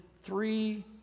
three